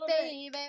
Baby